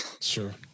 Sure